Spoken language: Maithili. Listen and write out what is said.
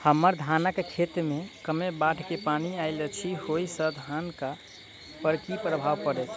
हम्मर धानक खेत मे कमे बाढ़ केँ पानि आइल अछि, ओय सँ धान पर की प्रभाव पड़तै?